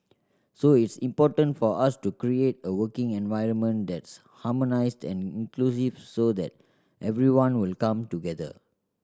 so it's important for us to create a working environment that's harmonised and inclusive so that everyone will come together